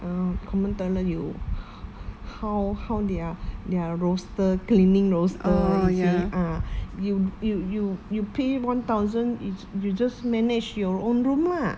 err common toilet you h~ how how their their roster cleaning roster you see ah you you you you pay one thousand is you just manage your own room lah